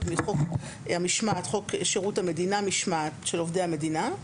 מחוק שירות המדינה (משמעת) של עובדי המדינה.